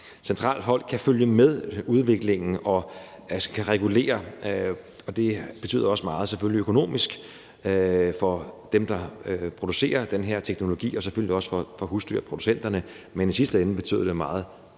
centralt hold kan følge med udviklingen og regulere. Det betyder selvfølgelig også meget økonomisk for dem, der producerer den her teknologi, og selvfølgelig også for husdyrproducenterne, men i sidste ende betyder det meget for